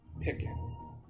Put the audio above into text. Pickens